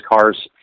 cars